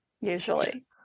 usually